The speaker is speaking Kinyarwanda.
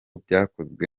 byakozwe